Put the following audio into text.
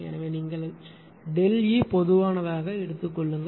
எனவே நீங்கள் ΔE பொதுவானதை எடுத்துக் கொள்ளுங்கள்